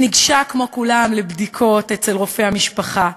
היא ניגשה כמו כולם לבדיקות אצל רופא המשפחה,